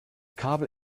kabel